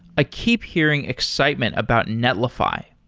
i keep hearing excitement about netlify.